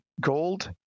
Gold